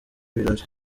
ibirori